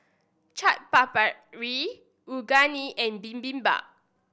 Chaat Papri Unagi and Bibimbap